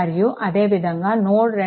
మరియు అదే విధంగా నోడ్2 వద్ద i4 ix i2